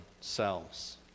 selves